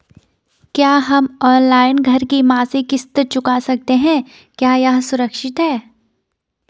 क्या हम ऑनलाइन घर की मासिक किश्त चुका सकते हैं क्या यह सुरक्षित है?